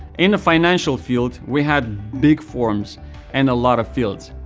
in the financial field, we had big forms and a lot of fields.